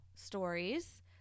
stories